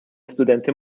istudenti